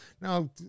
now